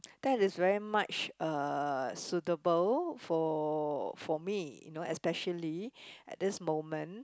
there is really much uh suitable for for me you know especially at this moment